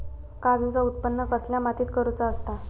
काजूचा उत्त्पन कसल्या मातीत करुचा असता?